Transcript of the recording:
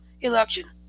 election